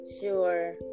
Sure